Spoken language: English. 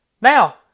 Now